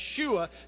Yeshua